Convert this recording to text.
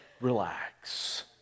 relax